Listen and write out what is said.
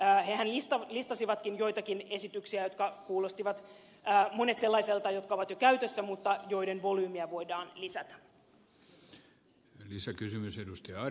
hehän listasivatkin joitakin esityksiä jotka kuulostivat monet sellaisilta jotka ovat jo käytössä mutta joiden volyymia voidaan lisätä